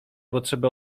potrzebę